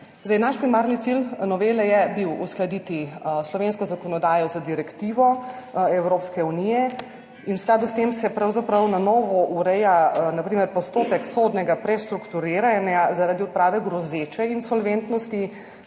Naš primarni cilj novele je bil uskladiti slovensko zakonodajo z direktivo Evropske unije. V skladu s tem se pravzaprav na novo ureja na primer postopek sodnega prestrukturiranja zaradi odprave grozeče insolventnosti,